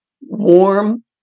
warm